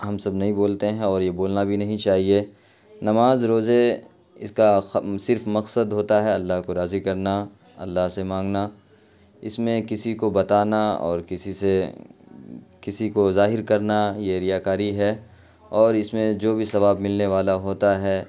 ہم سب نہیں بولتے ہیں اور یہ بولنا بھی نہیں چاہیے نماز روزے اس کا صرف مقصد ہوتا ہے اللہ کو راضی کرنا اللہ سے مانگنا اس میں کسی کو بتانا اور کسی سے کسی کو ظاہر کرنا یہ ریا کاری ہے اور اس میں جو بھی ثواب ملنے والا ہوتا ہے